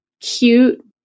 cute